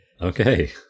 Okay